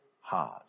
hard